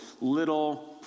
little